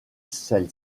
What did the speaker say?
celle